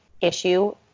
issue